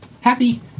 happy